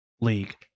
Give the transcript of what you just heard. league